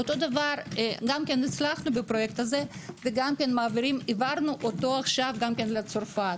גם הצלחנו בפרויקט זה והעברנו אותו עכשיו גם לצרפת.